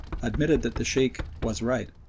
admitted that the sheikh was right.